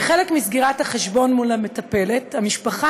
כחלק מסגירת החשבון מול המטפלת המשפחה